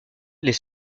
les